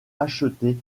acheter